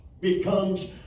becomes